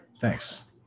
Thanks